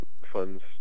funds